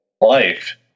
life